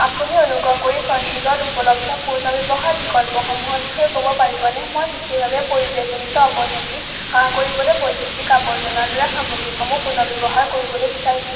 আপুনি অনুগ্ৰহ কৰি চণ্ডীগড়ত উপলব্ধ পুনৰ্ব্যৱহাৰ বিকল্পসমূহৰ বিষয়ে ক'ব পাৰিবনে মই বিশেষভাৱে পৰিৱেশজনিত অৱনতি হ্ৰাস কৰিবলৈ বৈদ্যুতিক আৱৰ্জনাৰ দৰে সামগ্ৰীসমূহ পুনৰ্ব্যৱহাৰ কৰিবলৈ বিচাৰিছোঁ